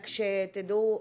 רק שתדעו,